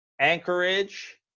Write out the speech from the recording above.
Anchorage